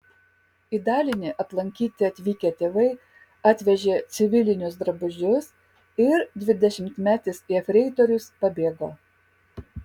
į dalinį aplankyti atvykę tėvai atvežė civilinius drabužius ir dvidešimtmetis jefreitorius pabėgo